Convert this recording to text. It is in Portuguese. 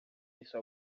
isso